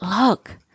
look